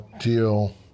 deal